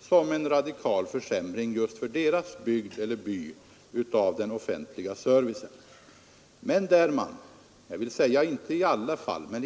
som en radikal försämring av den offentliga servicen för just deras bygd eller by.